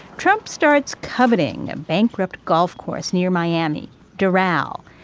trump starts coveting a bankrupt golf course near miami doral.